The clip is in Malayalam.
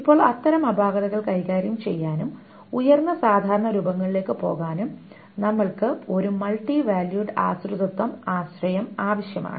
ഇപ്പോൾ അത്തരം അപാകതകൾ കൈകാര്യം ചെയ്യാനും ഉയർന്ന സാധാരണ രൂപങ്ങളിലേക്ക് പോകാനും നമുക്ക് ഒരു മൾട്ടി വാല്യൂഡ് ആശ്രിതത്വം ആശയം നമുക്ക് ആവശ്യമാണ്